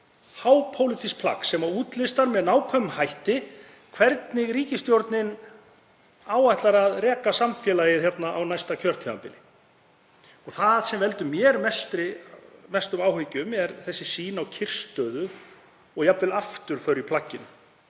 hápólitískt plagg sem útlistar með nákvæmum hætti hvernig ríkisstjórnin áætlar að reka samfélagið á næsta kjörtímabili. Það sem veldur mér mestum áhyggjum er sýnin á kyrrstöðu og jafnvel afturför í plagginu